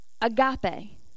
agape